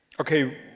okay